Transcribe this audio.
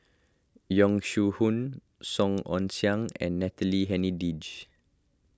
Yong Shu Hoong Song Ong Siang and Natalie Hennedige